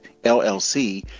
LLC